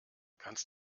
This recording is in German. kannst